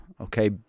Okay